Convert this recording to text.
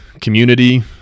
Community